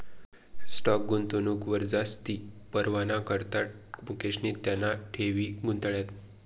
stock गुंतवणूकवर जास्ती परतावाना करता मुकेशनी त्याना ठेवी गुताड्यात